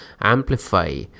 amplify